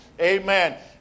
Amen